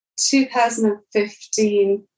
2015